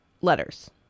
letters